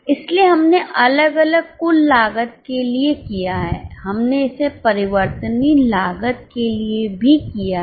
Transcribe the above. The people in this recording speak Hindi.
इसलिए हमने अलग अलग कुल लागत के लिए किया है हमने इसे परिवर्तनीय लागत के लिए भी किया है